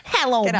Hello